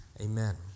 Amen